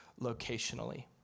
locationally